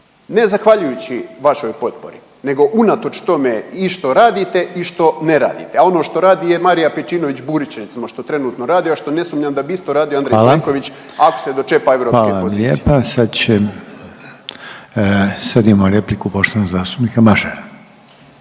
ne zahvaljujući vašoj potpori nego unatoč tome i što radite i što ne radite, a ono što radi je Marija Pejčinović Burić, recimo što trenutno radi, a što ne sumnjam da bi isto radio Andrej Plenković .../Upadica: Hvala./... ako se dočepa europske pozicije. **Reiner, Željko (HDZ)** Hvala vam lijepa. Sad će, sad imamo repliku poštovanog zastupnika Mažara.